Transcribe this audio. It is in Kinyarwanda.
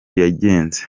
yagenze